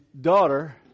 daughter